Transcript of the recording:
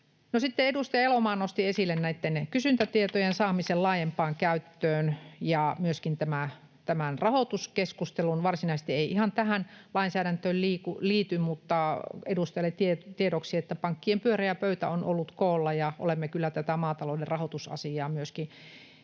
sitten edustaja Elomaa nosti esille näitten kysyntätietojen saamisen laajempaan käyttöön ja myöskin tämän rahoituskeskustelun. Varsinaisesti se ei ihan tähän lainsäädäntöön liity, mutta edustajalle tiedoksi, että pankkien pyöreä pöytä on ollut koolla ja olemme kyllä tätä maatalouden rahoitusasiaa myöskin